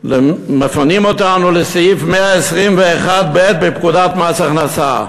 מפנים אותנו לסעיף 121ב בפקודת מס הכנסה.